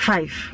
Five